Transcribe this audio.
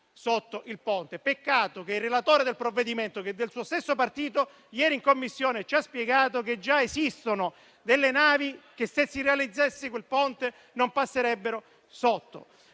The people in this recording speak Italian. di navi. Peccato che il relatore del provvedimento, che è del suo stesso partito, ieri in Commissione ci ha spiegato che esistono già navi che, se si realizzasse quel Ponte, non riuscirebbero a